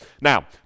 Now